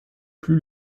plus